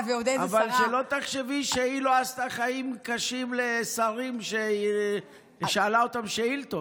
אבל שלא תחשבי שהיא לא עשתה חיים קשים לשרים שהיא שאלה אותם שאילתות.